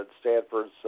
Stanford's